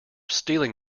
stealing